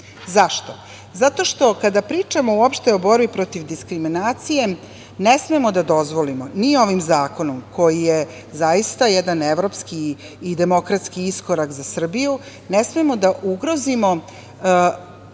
Zašto? Zato što kada pričamo uopšte o borbi protiv diskriminacije, ne smemo da dozvolimo ni ovim zakonom, koji je zaista jedan evropski i demokratski iskorak za Srbiju, ne smemo da ugrozimo